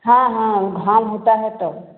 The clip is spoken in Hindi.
हाँ हाँ धान होता है तब